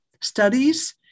studies